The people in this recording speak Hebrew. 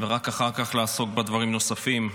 ורק אחר כך לעסוק בדברים נוספים,